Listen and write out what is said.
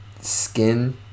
skin